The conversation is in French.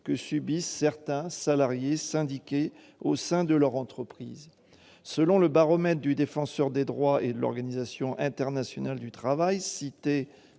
que subissent certains salariés syndiqués au sein de leur entreprise. Selon le baromètre du Défenseur des droits et de l'Organisation internationale du travail cité